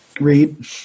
read